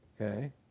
Okay